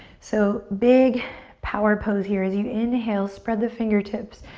so big power pose here. as you inhale, spread the fingertips.